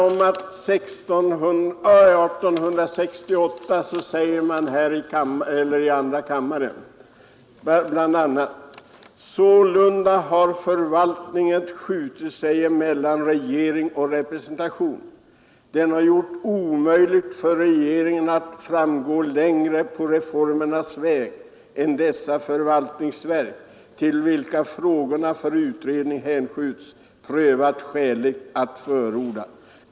År 1868 uttalades det i andra kammaren: ”Sålunda har förvaltningen skjutit sig emellan Regering och Representation. Den har gjort omöjligt för Regeringen att framgå längre på reformernas väg, än dessa förvaltningsverk, till hvilka frågorna för utredning hänskjutits, prövat skäligt att förordna.